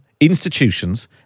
institutions